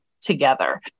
together